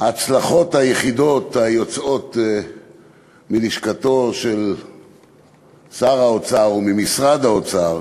ההצלחות היחידות היוצאות מלשכתו של שר האוצר וממשרד האוצר,